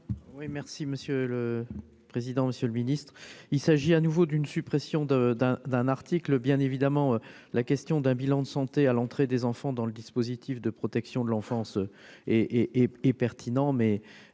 Oui, merci Monsieur le président, Monsieur le Ministre, il s'agit à nouveau d'une suppression de d'un d'un article, bien évidemment, la question d'un bilan de santé à l'entrée des enfants dans le dispositif de protection de l'enfance et et pertinent